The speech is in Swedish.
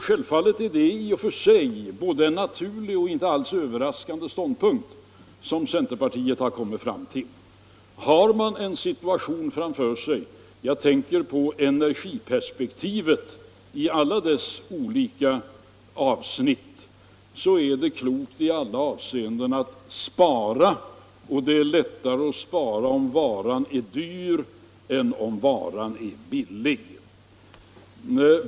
Självfallet är det i och för sig både en naturlig och något överraskande ståndpunkt som centerpartiet har kommit fram till. När jag tänker på den situation vi har framför oss med energiperspektivet i alla dess olika avsnitt, är det klokt att spara i alla avseenden, och det är lättare att spara om varan är dyr än om varan är billig.